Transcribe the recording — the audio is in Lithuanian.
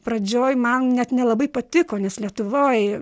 pradžioj man net nelabai patiko nes lietuvoj